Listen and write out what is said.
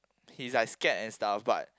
he is like scared and stuff but